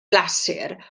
glasur